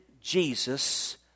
Jesus